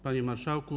Panie Marszałku!